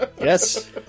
Yes